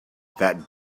that